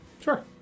Sure